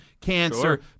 cancer